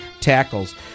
tackles